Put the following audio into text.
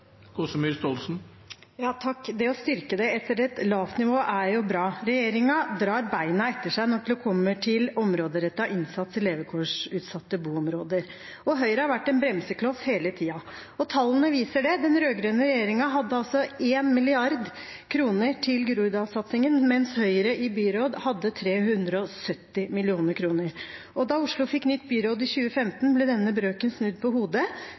Det å styrke det etter et lavt nivå er jo bra. Regjeringen drar beina etter seg når det gjelder områderettet innsats i levekårsutsatte boområder. Høyre har vært en bremsekloss hele tiden. Tallene viser det. Den rød-grønne regjeringen hadde altså 1 mrd. kr til Groruddalssatsingen, mens Høyre i byråd hadde 370 mill. kr. Da Oslo fikk nytt byråd i 2015, ble denne brøken snudd på hodet.